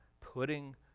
putting